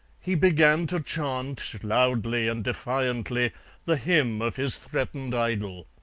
he began to chant loudly and defiantly the hymn of his threatened idol